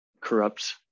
corrupt